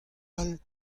all